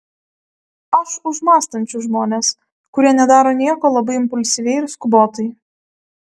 aš už mąstančius žmones kurie nedaro nieko labai impulsyviai ir skubotai